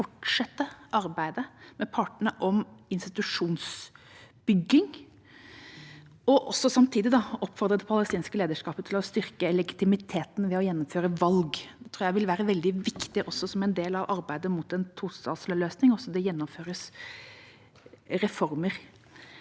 fortsette arbeidet med partene om institusjonsbygging, og også samtidig oppfordre det palestinske lederskapet til å styrke legitimiteten ved å gjennomføre valg. Det tror jeg vil være veldig viktig også som en del av arbeidet mot en tostatsløsning – at det gjennomføres reformer.